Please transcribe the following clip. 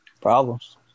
Problems